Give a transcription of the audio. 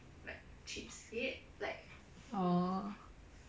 orh